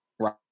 right